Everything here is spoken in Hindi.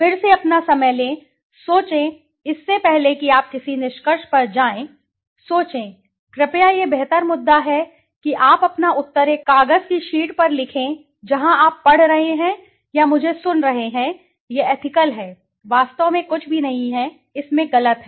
फिर से अपना समय लें सोचें इससे पहले कि आप किसी निष्कर्ष पर जाएं सोचें कृपया यह बेहतर मुद्दा है कि आप अपना उत्तर एक कागज की शीट पर लिखें जहां आप पढ़ रहे हैं या मुझे सुन रहे हैं यह एथिकल है वास्तव में कुछ भी नहीं है इसमें गलत है